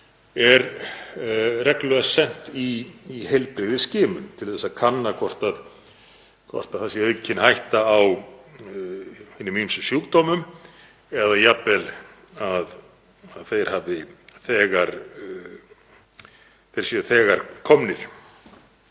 er reglulega sent í heilbrigðisskimun til að kanna hvort það sé aukin hætta á hinum ýmsu sjúkdómum eða jafnvel að þeir séu þegar komnir.